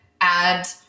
add